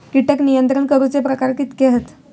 कीटक नियंत्रण करूचे प्रकार कितके हत?